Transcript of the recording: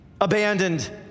abandoned